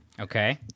Okay